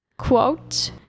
Quote